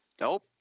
Nope